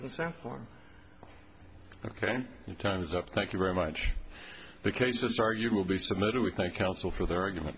consent form ok your time's up thank you very much the cases are you will be submitted we thank counsel for their argument